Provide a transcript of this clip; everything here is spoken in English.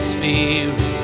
Spirit